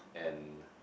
and